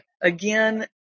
again